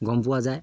গম পোৱা যায়